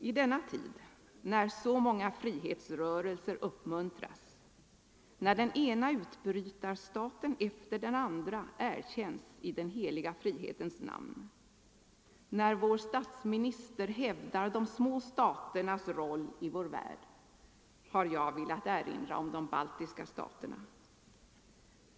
I denna tid, när så många frihetsrörelser uppmuntras, när den ena utbrytarstaten efter den andra erkänns i den heliga frihetens namn, när vår statsminister hävdar de små staternas roll i vår värld, har jag velat erinra om de baltiska staterna.